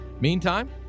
Meantime